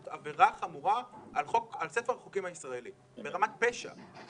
זאת עבירה חמורה בספר החוקים הישראלי, ברמת פשע.